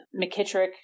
McKittrick